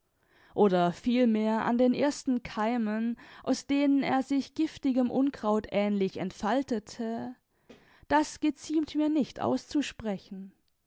oder vielmehr an den ersten keimen aus denen er sich giftigem unkraut ähnlich entfaltete das geziemt mir nicht auszusprechen